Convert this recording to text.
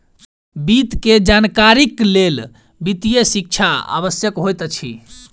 वित्त के जानकारीक लेल वित्तीय शिक्षा आवश्यक होइत अछि